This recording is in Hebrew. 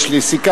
יש לי סיכה,